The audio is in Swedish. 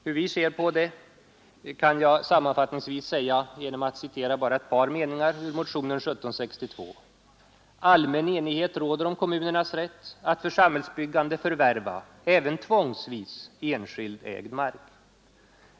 Hur vi ser på det kan jag sammanfattningsvis säga genom att citera bara ett par meningar ur motionen 1762: ”Allmän enighet råder om kommunernas rätt att för samhällsbyggande förvärva, även tvångsvis, enskilt ägd mark.